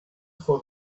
for